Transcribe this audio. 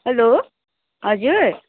hello हजुर